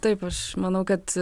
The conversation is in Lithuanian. taip aš manau kad